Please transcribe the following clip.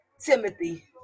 Timothy